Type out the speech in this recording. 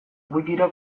wikira